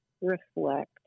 reflect